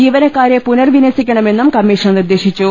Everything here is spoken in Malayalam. ജീവനക്കാരെ പുനർ വിന്യ സിക്കണമെന്നും കമ്മീഷൻ നിർദേശിച്ചു